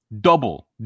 Double